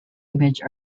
image